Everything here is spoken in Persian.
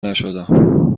نشدم